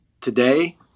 Today